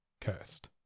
cursed